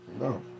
no